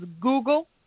Google